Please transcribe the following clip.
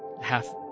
half